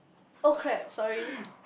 okay sorry